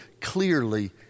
clearly